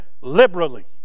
liberally